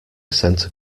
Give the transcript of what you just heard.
centre